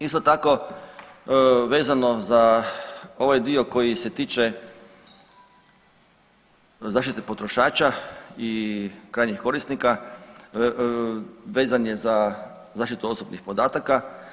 Isto tako vezano za ovaj dio koji se tiče zaštite potrošača i krajnjih korisnika vezan je za zaštitu osobnih podataka.